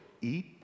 eat